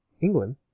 England